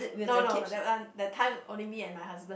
no no no that one that time only me and my husband